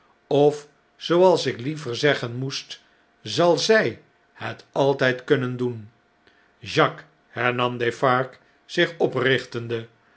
of zooals ik liever zeggen moest zal zjj het altijd kunnen doen jacques hernam defarge zich oprichtende